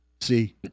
see